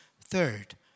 Third